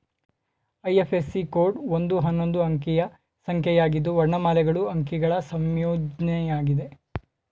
IFSC code ಒಂದು ಹನ್ನೊಂದು ಅಂಕಿಯ ಸಂಖ್ಯೆಯಾಗಿದ್ದು ವರ್ಣಮಾಲೆಗಳು ಅಂಕಿಗಳ ಸಂಯೋಜ್ನಯಾಗಿದೆ